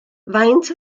faint